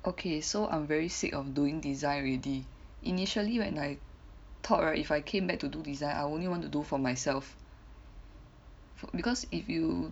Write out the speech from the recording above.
okay so I'm very sick of doing design already initially when I thought right if I came back to do design I only want to do for myself because if you